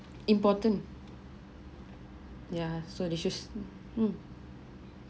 important ya so they choose mm